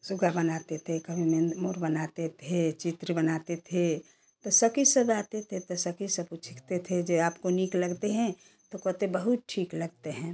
सुग्गा बनाते थे कभी मोर बनाते थे चित्र बनाते थे तो सखी सब आते थे तो सखी सब पूछते थे जी आपको नीक लगते है तो कहते बहुत ठीक लगते हैं